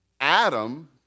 Adam